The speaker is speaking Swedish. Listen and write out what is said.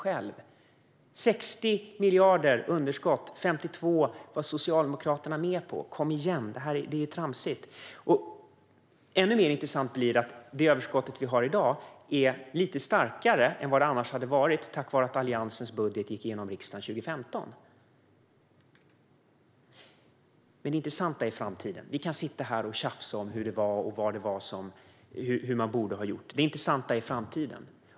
Av 60 miljarder i underskott stod Socialdemokraterna bakom 52. Kom igen! Detta är tramsigt. Ännu mer intressant är det att det överskott som vi har i dag är lite starkare än det skulle ha varit, tack vare att Alliansens budget gick igenom riksdagen 2015. Vi kan stå här och tjafsa om hur det var och hur man borde ha gjort. Men det intressanta är framtiden.